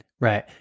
Right